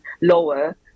lower